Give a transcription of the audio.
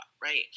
Right